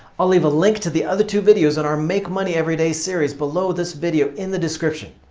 i'll leave a link to the other two videos in our make money everyday series below this video in the description.